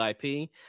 IP